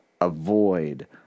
avoid